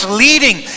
leading